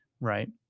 Right